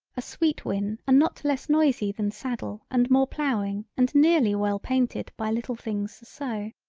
a sweet win and not less noisy than saddle and more ploughing and nearly well painted by little things so.